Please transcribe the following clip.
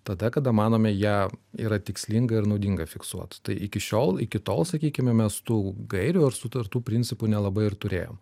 tada kada manome ją yra tikslinga ir naudinga fiksuot tai iki šiol iki tol sakykime mes tų gairių ar sutartų principų nelabai ir turėjom